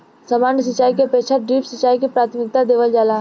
सामान्य सिंचाई के अपेक्षा ड्रिप सिंचाई के प्राथमिकता देवल जाला